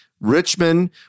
Richmond